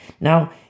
Now